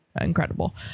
incredible